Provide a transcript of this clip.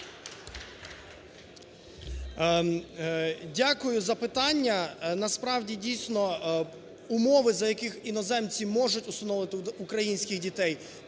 Дякую за питання. Насправді, дійсно, умови, за яких іноземці можуть усиновлювати українських дітей,